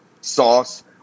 sauce